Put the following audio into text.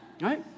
right